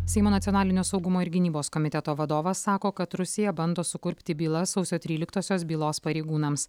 seimo nacionalinio saugumo ir gynybos komiteto vadovas sako kad rusija bando sukurpti bylas sausio tryliktosios bylos pareigūnams